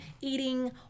eating